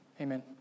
Amen